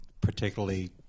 particularly